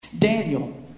Daniel